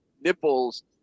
nipples